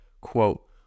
quote